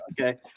Okay